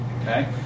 okay